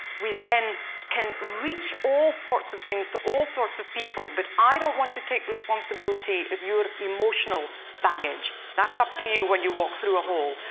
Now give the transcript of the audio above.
we then can reach all sorts of things to all sorts of people. but i don't want to take responsibility of your emotional baggage. that's up to you, when you walk through a hall,